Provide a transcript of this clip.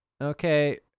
Okay